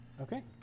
Okay